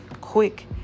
quick